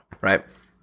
Right